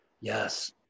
yes